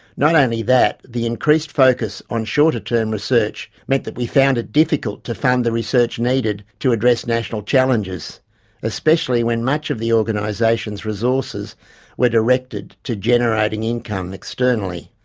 not only that, the increased focus on shorter-term research meant that we found it difficult to fund the research needed to address national challenges especially when much of the organisation's resources were directed to generating income externally.